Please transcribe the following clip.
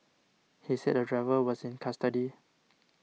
he said the driver was in custody